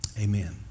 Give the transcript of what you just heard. amen